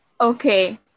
okay